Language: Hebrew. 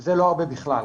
זה לא הרבה בכלל.